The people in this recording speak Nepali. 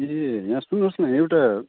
ए यहाँ सुन्नुहोस् न एउटा